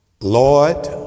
Lord